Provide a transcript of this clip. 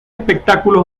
espectáculos